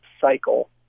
cycle